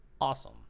awesome